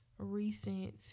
Recent